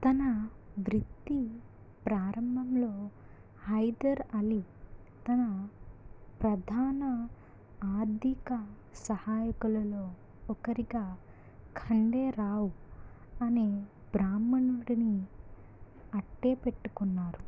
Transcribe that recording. తన వ్రిత్తి ప్రారంభంలో హైదర్ అలీ తన ప్రధాన ఆర్థిక సహాయకులలో ఒకరిగా ఖండే రావు అనే బ్రాహ్మణుడిని అట్టేపెట్టుకొన్నారు